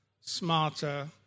smarter